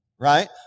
right